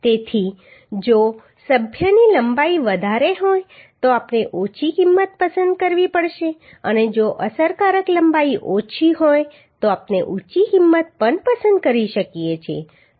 તેથી જો સભ્યની લંબાઈ વધારે હોય તો આપણે ઓછી કિંમત પસંદ કરવી પડશે અને જો અસરકારક લંબાઈ ઓછી હોય તો આપણે ઊંચી કિંમત પણ પસંદ કરી શકીએ છીએ